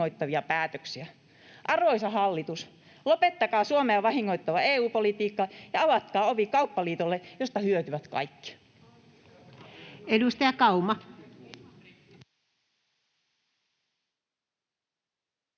Arvoisa hallitus, lopettakaa Suomea vahingoittava EU-politiikka ja avatkaa ovi kauppaliitolle, josta hyötyvät kaikki.